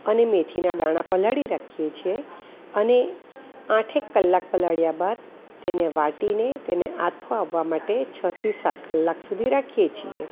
અને મેથીના દાણા પલાળી રાખીએ છીએ અને આઠેક કલાક પલાળ્યા બાદ તેને વાટીને તેને આથો આવવા માટે છથી સાત કલાક સુધી રાખીએ છીએ